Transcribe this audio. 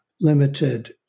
limited